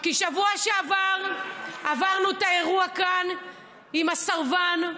כי בשבוע שעבר עברנו את האירוע כאן עם הסרבן.